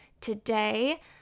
Today